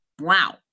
Wow